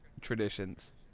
traditions